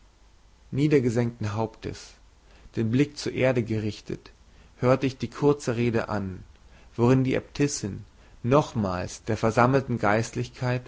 niedergesenkten hauptes den blick zur erde gerichtet hörte ich die kurze rede an worin die äbtissin nochmals der versammelten geistlichkeit